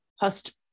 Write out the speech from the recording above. post